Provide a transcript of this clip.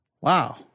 Wow